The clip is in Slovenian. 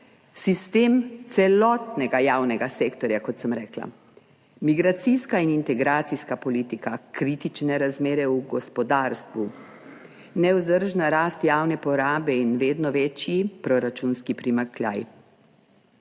sistem celotnega javnega sektorja, kot sem rekla, migracijska in integracijska politika, kritične razmere v gospodarstvu, nevzdržna rast javne porabe in vedno večji proračunski primanjkljaj.